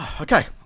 Okay